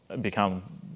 become